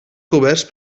coberts